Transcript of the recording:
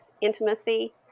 intimacy